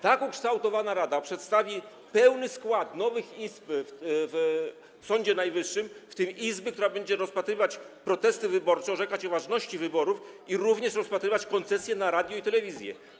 Tak ukształtowana rada przedstawi pełny skład nowych izb w Sądzie Najwyższym, w tym izby, która będzie rozpatrywać protesty wyborcze, orzekać o ważności wyborów, jak również rozpatrywać koncesje na radio i telewizję.